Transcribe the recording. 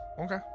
Okay